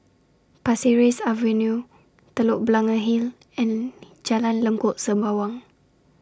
Pasir Ris Avenue Telok Blangah Hill and Jalan Lengkok Sembawang